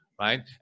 right